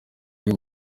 iyi